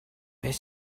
beth